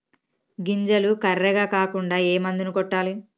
గింజలు కర్రెగ కాకుండా ఏ మందును కొట్టాలి?